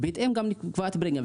ובהתאם גם נקבעת פרמיה.